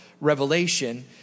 Revelation